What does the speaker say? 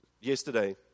yesterday